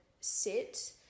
sit